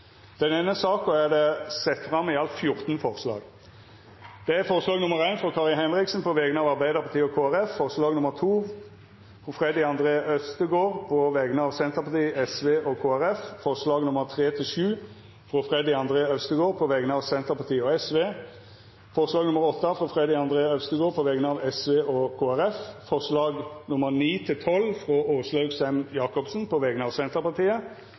til andre gongs handsaming i eit seinare møte i Stortinget. Under debatten er det sett fram i alt 14 forslag. Det er forslag nr. 1, frå Kari Henriksen på vegner av Arbeidarpartiet og Kristeleg Folkeparti forslag nr. 2, frå Freddy André Øvstegård på vegner av Senterpartiet, Sosialistisk Venstreparti og Kristeleg Folkeparti forslaga nr. 3–7, frå Freddy André Øvstegård på vegner av Senterpartiet og Sosialistisk Venstreparti forslag nr. 8, frå Freddy André Øvstegård på vegner av Sosialistisk Venstreparti og Kristeleg Folkeparti forslaga nr. 9–12, frå Åslaug Sem-Jacobsen på vegner av Senterpartiet